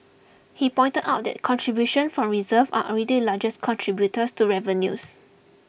he pointed out that contributions from reserves are already largest contributor to revenues